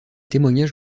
témoignages